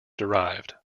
derived